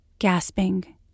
gasping